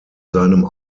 seinem